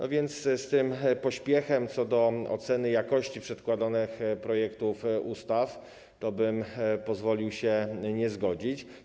A więc z tym pośpiechem co do oceny jakości przedkładanych projektów ustaw pozwoliłbym sobie się nie zgodzić.